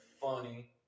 funny